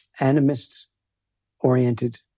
animist-oriented